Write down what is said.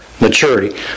maturity